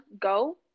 go